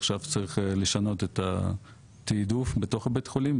עכשיו צריך לשנות את התיעדוף בתוך בתי החולים,